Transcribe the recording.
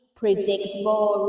predictable